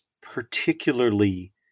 particularly